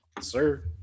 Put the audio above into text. Sir